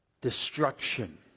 Destruction